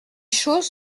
choses